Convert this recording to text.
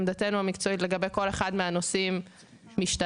עמדתנו המקצועית לגבי כל אחד מהנושאים משתנה